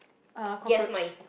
uh cockroach